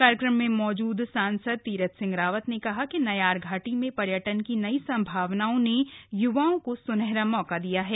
कार्यक्रम में मौजूद सांसद तीरथ सिंह रावत ने कहा कि नयारघाटी में पर्यटन की नयी संभावनाओं ने य्वाओं को सूनहरा मौका दिया है